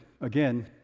again